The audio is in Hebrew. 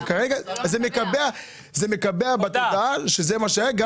זה מקבע בתודעה שזה מה שיהיה,